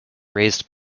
raised